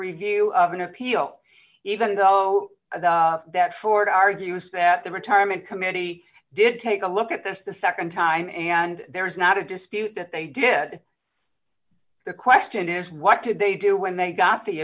review of an appeal even though that ford argues that the retirement committee did take a look at this the nd time and there is not a dispute that they did the question is what did they do when they got the